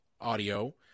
audio